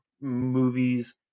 movies